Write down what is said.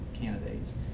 candidates